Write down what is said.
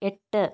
എട്ട്